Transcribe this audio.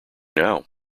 now